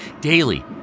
Daily